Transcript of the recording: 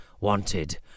Wanted